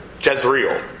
Jezreel